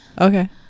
Okay